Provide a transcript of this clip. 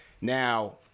Now